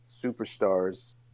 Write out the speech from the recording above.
superstars